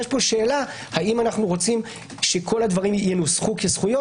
יש פה שאלה האם אנו רוצים שכל הדברים ינוסחו כזכויות.